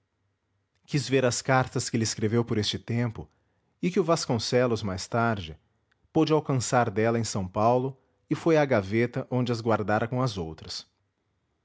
quis ver as cartas que lhe escreveu por este tempo e que o vasconcelos mais tarde pôde alcançar dela em s paulo e foi à gaveta onde as guardara com as outras